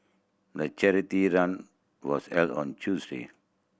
the charity run was held on Tuesday